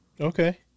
Okay